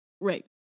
right